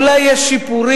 אולי יש שיפורים,